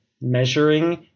measuring